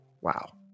Wow